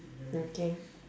okay